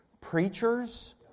preachers